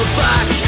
back